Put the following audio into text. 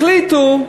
החליטו,